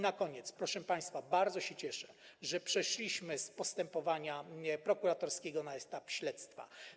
Na koniec: proszę państwa, bardzo się cieszę, że przeszliśmy od postępowania prokuratorskiego do etapu śledztwa.